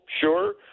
Sure